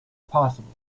possible